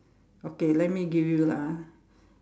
okay let me give you lah